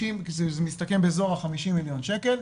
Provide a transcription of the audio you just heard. זה מסתכם באזור ה-50 מיליון שקל,